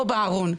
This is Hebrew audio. או בארון.